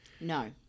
No